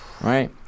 Right